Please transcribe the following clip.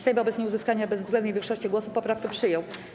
Sejm wobec nieuzyskania bezwzględnej większości głosów poprawkę przyjął.